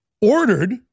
ordered